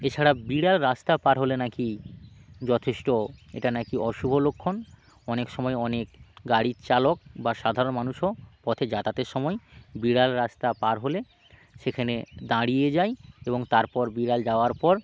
এছাড়া বিড়াল রাস্তা পার হলে না কি যথেষ্ট এটা না কি অশুভ লক্ষণ অনেক সময় অনেক গাড়ির চালক বা সাধারণ মানুষও পথে যাতায়াতের সময় বিড়াল রাস্তা পার হলে সেখানে দাঁড়িয়ে যায় এবং তারপর বিড়াল যাওয়ার পর